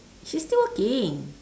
she's still working